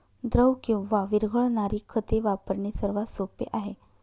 द्रव किंवा विरघळणारी खते वापरणे सर्वात सोपे आहे